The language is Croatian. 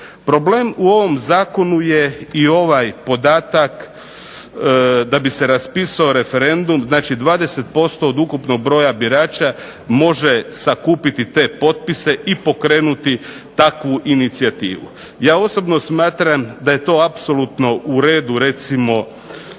Problem u ovom zakonu je i ovaj podatak da bi se raspisao referendum, znači 20% od ukupnog broja birača može sakupiti te potpise i pokrenuti takvu inicijativu. Ja osobno smatram da je to apsolutno u redu recimo